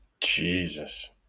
Jesus